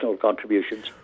contributions